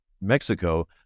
Mexico